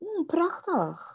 prachtig